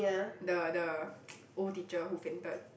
the the old teacher who fainted